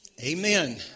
Amen